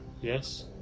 Yes